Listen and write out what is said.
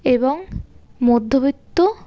এবং মধ্যবিত্ত